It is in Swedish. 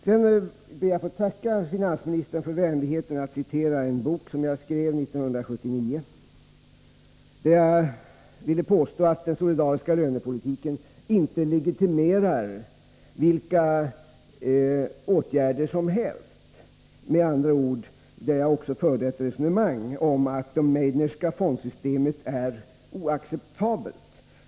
Sedan ber jag att få tacka finansministern för vänligheten att citera en bok som jag skrev 1979, där jag förde ett resonemang om att den solidariska lönepolitiken inte legitimerar vilka åtgärder som helst eller — med andra ord — att det Meidnerska fondsystemet är oacceptabelt.